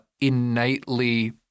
innately